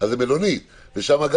שזה מלונית,